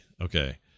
Okay